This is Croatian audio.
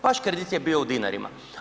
Vaš kredit je bio u dinarima.